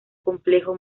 complejo